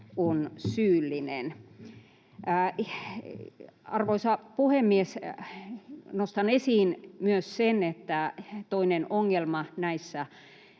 on syyllinen. Arvoisa puhemies! Nostan esiin myös sen, että toinen ongelma näissä